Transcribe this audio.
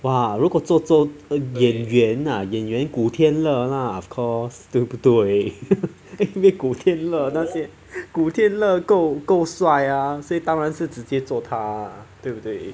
!wah! 如果做做演员啊演员古天乐 lah of course 对不对 因为古天乐那些古天乐够够帅啊所以当然是直接做他对不对